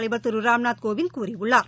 தலைவர் திருராம்நாத் கோவிந்த் கூறியுள்ளார்